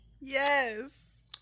Yes